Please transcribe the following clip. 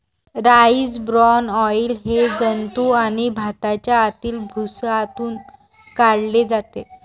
rice bran oil हे जंतू आणि भाताच्या आतील भुसातून काढले जाते